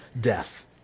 death